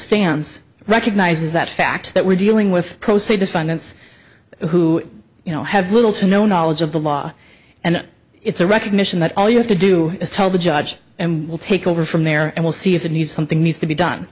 stands recognizes that fact that we're dealing with pro se despondence who you know have little to no knowledge of the law and it's a recognition that all you have to do is tell the judge and we'll take over from there and we'll see if it needs something needs to be done